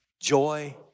joy